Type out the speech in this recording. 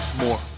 more